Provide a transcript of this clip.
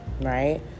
right